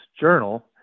journal